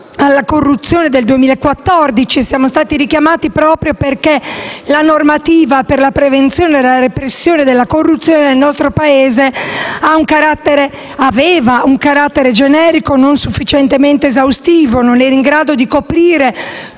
alla corruzione del 2014 siamo stati richiamati perché la normativa per la prevenzione e la repressione della corruzione nel nostro Paese aveva un carattere generico e non sufficientemente esaustivo, non essendo in grado di coprire